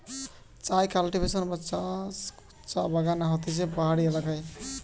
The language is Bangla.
চায় কাল্টিভেশন বা চাষ চা বাগানে হতিছে পাহাড়ি এলাকায়